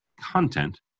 content